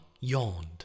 yawned